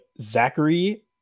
Zachary